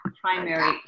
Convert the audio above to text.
primary